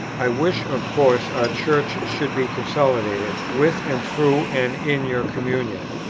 i wish of course our church should be consolidated, with and through and in your communion,